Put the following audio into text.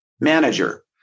manager